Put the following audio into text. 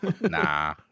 Nah